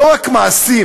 לא רק מעשים,